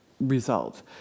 result